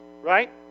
right